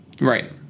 Right